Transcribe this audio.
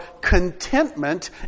contentment